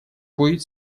будет